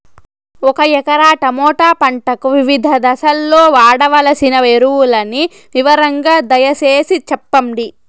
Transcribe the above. ఒక ఎకరా టమోటా పంటకు వివిధ దశల్లో వాడవలసిన ఎరువులని వివరంగా దయ సేసి చెప్పండి?